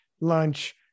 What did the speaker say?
lunch